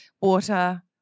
water